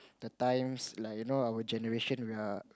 the times like you know our generation we are